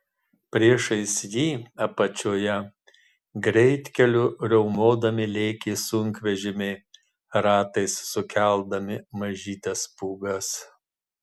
priešais jį apačioje greitkeliu riaumodami lėkė sunkvežimiai ratais sukeldami mažytes pūgas